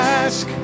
ask